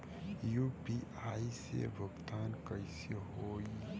UPI से भुगतान कइसे होहीं?